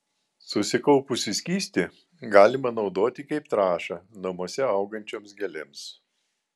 susikaupusį skystį galima naudoti kaip trąšą namuose augančioms gėlėms